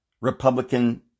Republican